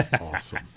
Awesome